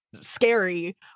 scary